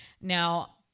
Now